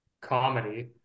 comedy